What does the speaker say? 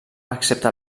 excepte